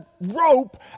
rope